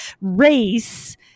race